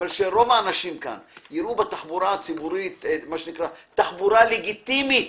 יראו בתחבורה הציבורית תחבורה לגיטימית